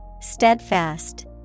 Steadfast